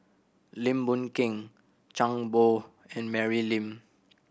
Lim Boon Keng Zhang and Mary Lim